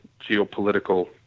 geopolitical